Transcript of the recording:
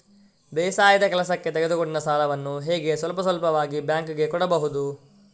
ಬೇಸಾಯದ ಕೆಲಸಕ್ಕೆ ತೆಗೆದುಕೊಂಡ ಸಾಲವನ್ನು ಹೇಗೆ ಸ್ವಲ್ಪ ಸ್ವಲ್ಪವಾಗಿ ಬ್ಯಾಂಕ್ ಗೆ ಕೊಡಬಹುದು?